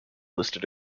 listed